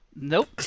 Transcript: nope